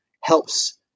helps